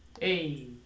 Hey